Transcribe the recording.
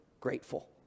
grateful